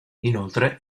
inoltre